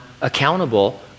accountable